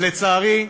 לצערי,